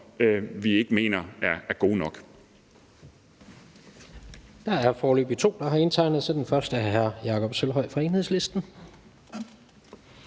vi ikke mener er gode nok.